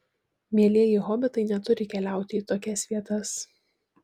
mielieji hobitai neturi keliauti į tokias vietas